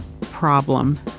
problem